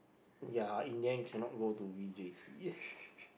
ya in the end cannot go to V_J_C